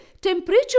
temperature